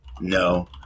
No